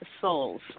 Souls